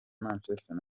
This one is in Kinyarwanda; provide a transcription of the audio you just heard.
manchester